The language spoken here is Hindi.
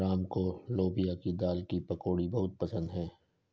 राम को लोबिया की दाल की पकौड़ी बहुत पसंद हैं